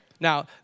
Now